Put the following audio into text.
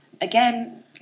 again